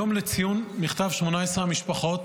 יום לציון מכתב 18 המשפחות